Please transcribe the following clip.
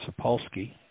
Sapolsky